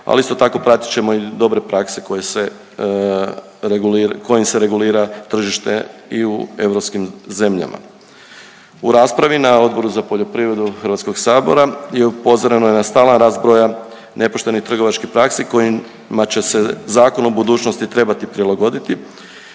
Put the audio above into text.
ali isto tako pratit ćemo i dobre prakse koje se regulira, kojim se regulira tržište i u europskim zemljama. U raspravi na Odboru za poljoprivredu Hrvatskog sabora, upozoreno je na stalan rast broja nepoštenih trgovačkih praksi, kojima će se zakon u budućnosti trebati prilagoditi